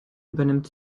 übernimmt